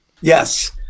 yes